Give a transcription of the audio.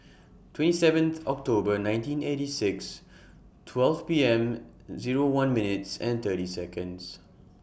twenty seventh October nineteen eighty six twelve P M Zero one minutes and thirty Seconds